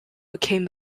became